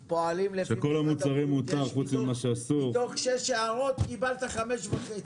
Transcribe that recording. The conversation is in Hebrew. אנחנו פועלים --- מתוך שש הערות קיבלת חמש וחצי.